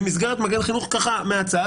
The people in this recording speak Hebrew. במסגרת 'מגן חינוך' ככה מהצד,